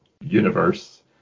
universe